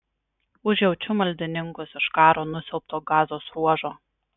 užjaučiu maldininkus iš karo nusiaubto gazos ruožo